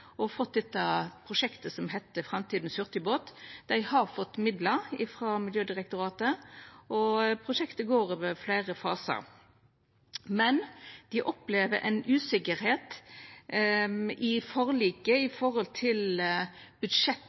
og fått det prosjektet som heiter «Fremtidens hurtigbåt». Dei har fått midlar frå Miljødirektoratet. Prosjektet går over fleire fasar, men dei opplever ei usikkerheit i forliket